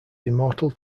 immortal